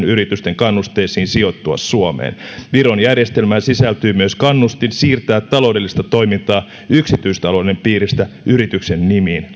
yritysten kannusteisiin sijoittua suomeen viron järjestelmään sisältyy myös kannustin siirtää taloudellista toimintaa yksityistalouden piiristä yrityksen nimiin